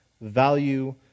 value